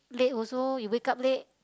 late also you wake up late